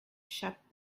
shut